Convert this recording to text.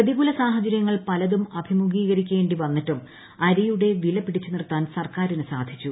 പ്രതികൂല സാഹചര്യങ്ങൾ പലതും അഭിമുഖീകരിക്കേണ്ടി വന്നിട്ടും അരിയുടെ വില പിടിച്ചു നിർത്താൻ സർക്കാരിന് സാധിച്ചു